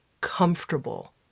comfortable